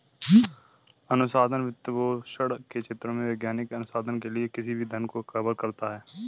अनुसंधान वित्तपोषण के क्षेत्रों में वैज्ञानिक अनुसंधान के लिए किसी भी धन को कवर करता है